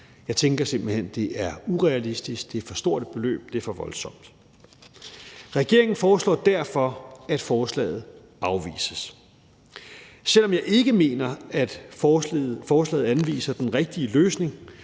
Jeg tænker simpelt hen, det er urealistisk, det er for stort et beløb, det er for voldsomt. Regeringen foreslår derfor, at forslaget afvises. Selv om jeg ikke mener, at forslaget anviser den rigtige løsning,